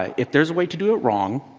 if there is a way to do it wrong,